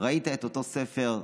וראית את אותו ספר,